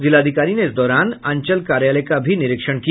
जिलाधिकारी ने इस दौरान अंचल कार्यालय का भी निरीक्षण किया